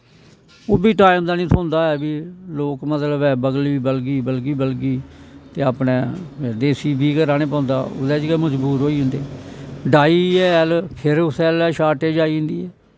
ओह् बी टाईम दा नी थ्होंदा ऐ लोक मतलव ऐ बलगी बलगी बलगी ते अपनै देस्सी बीऽ गै राह्ने पौंदा ओह्दै च गै मजबूर होई जंदे डाई हैल फिर उस्सै लै शार्टेज आई जंदी ऐ